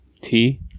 Tea